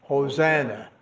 hosanna,